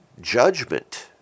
Judgment